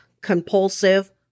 Compulsive